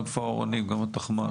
גם על כפר אורנים וגם התחמ"ש.